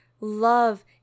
Love